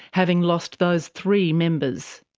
having lost those three members.